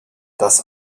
das